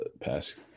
past